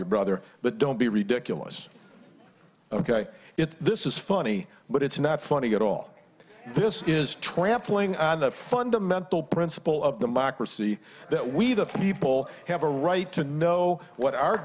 your brother but don't be ridiculous ok if this is funny but it's not funny at all this is trampling on the fundamental principle of democracy that we the people have a right to know what our